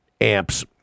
amps